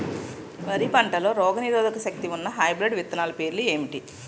వరి పంటలో రోగనిరోదక శక్తి ఉన్న హైబ్రిడ్ విత్తనాలు పేర్లు ఏంటి?